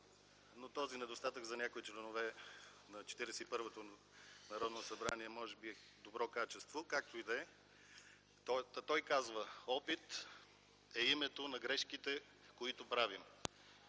но този недостатък за някои членове на Четиридесет и първото Народно събрание може би е добро качество. Както и да е. Той казва: „Опит е името на грешките, които правим.”